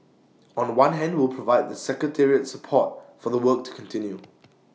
on one hand we'll provide the secretariat support for the work to continue